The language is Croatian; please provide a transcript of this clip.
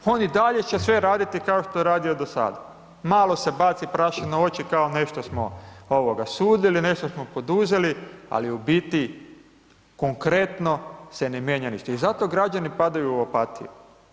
Oni i dalje će sve raditi, kao što je radio do sada, malo se baci prašina u oči, kao nešto smo sudili, nešto smo poduzeli, ali u biti, konkretno se ne mijenja ništa i zato građani padaju u opatiji.